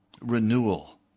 Renewal